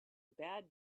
bad